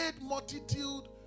multitude